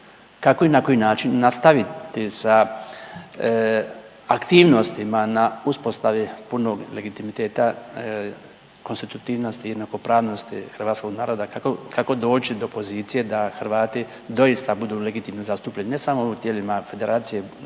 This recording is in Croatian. kako i na koji način nastaviti sa aktivnostima na uspostavi punog legitimiteta konstitutivnosti, jednakopravnosti hrvatskog naroda, kako doći do pozicije da Hrvati doista budu legitimno zastupljeni, ne samo u tijelima Federacije,